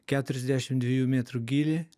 keturiasdešim dviejų mėtrų gyly